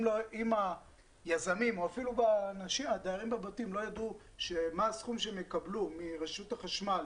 אם היזמים ואפילו הדיירים בבתים לא ידעו מה הסכום שהם יקבלו מרשות החשמל